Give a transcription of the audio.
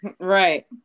Right